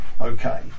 okay